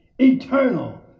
eternal